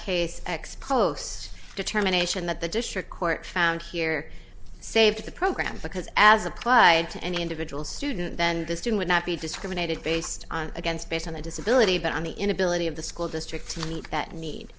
posts determination that the district court found here save the program because as applied to any individual student then this doing would not be discriminated based on against based on the disability but on the inability of the school district to meet that need